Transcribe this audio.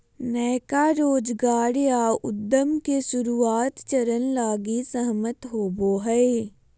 नयका रोजगार या उद्यम के शुरुआत चरण लगी सहमत होवो हइ